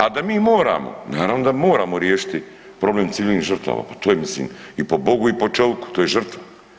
A da mi moramo, naravno da moramo riješiti problem civilnih žrtava, pa to je mislim i po bogu i po čoviku to je žrtva.